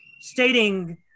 stating